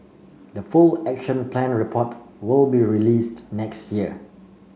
the full Action Plan report will be released next year